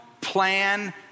plan